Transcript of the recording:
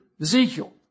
Ezekiel